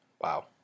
wow